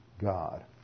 God